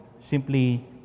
simply